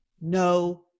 no